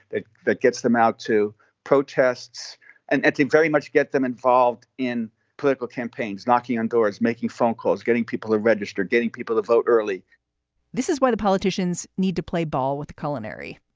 that that gets them out to protests and team very much, get them involved in political campaigns, knocking on doors, making phone calls, getting people ah registered, getting people to vote early this is why the politicians need to play ball with the culinary.